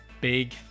big